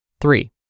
Three